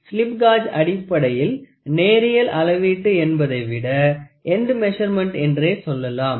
slip gauge அடிப்படையில் நேரியல் அளவீட்டு என்பதைவிட எண்டு மெசர்மென்ட்டு என்றே சொல்லலாம்